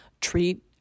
treat